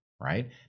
right